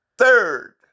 Third